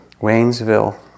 Waynesville